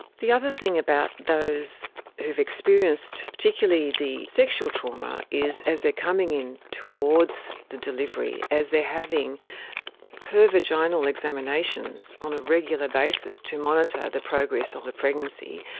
the other thing about those who have experienced particularly the sexual trauma is as they're coming in towards the delivery, as they are having pervaginal examinations on a regular basis to monitor the progress of the pregnancy,